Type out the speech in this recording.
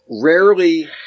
rarely